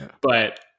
but-